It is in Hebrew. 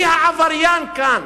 מי העבריין כאן?